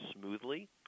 smoothly